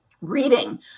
reading